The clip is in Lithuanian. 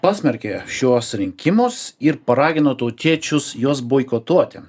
pasmerkė šiuos rinkimus ir paragino tautiečius juos boikotuoti